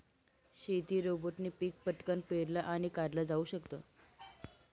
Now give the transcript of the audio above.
शेती रोबोटने पिक पटकन पेरलं आणि काढल जाऊ शकत